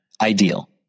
ideal